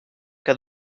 que